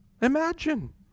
Imagine